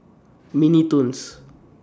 Mini Toons